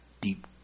deep